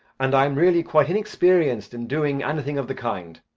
and i am really quite inexperienced in doing anything of the kind.